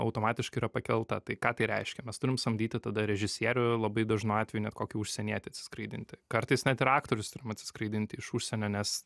automatiškai yra pakelta tai ką tai reiškia mes turim samdyti tada režisierių labai dažnu atveju net kokį užsienietį atsiskraidinti kartais net ir aktorius turim atsiskraidinti iš užsienio nes